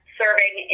serving